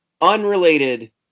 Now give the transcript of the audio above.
unrelated